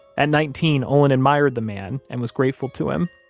at nineteen, olin admired the man and was grateful to him.